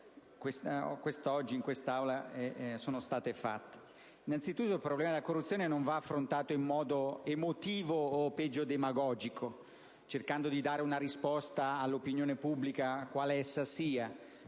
quest'oggi, in quest'Aula, si sono sentite. Innanzitutto, il problema della corruzione non deve essere affrontato in modo emotivo o peggio demagogico, cercando di dare una risposta all'opinione pubblica, quale essa sia.